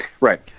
Right